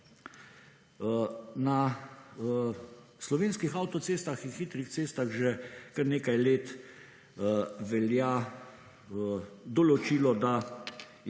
Na slovenskih avtocestah in hitrih cestah že kar nekaj let velja določilo, da